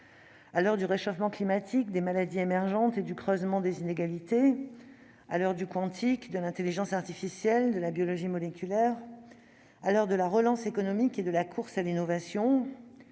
À l'heure du réchauffement climatique, des maladies émergentes et du creusement des inégalités, à l'heure du quantique, de l'intelligence artificielle et de la biologie moléculaire, à l'heure de la relance économique et de la course à l'innovation,